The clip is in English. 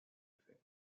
affairs